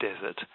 desert